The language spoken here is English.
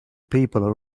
people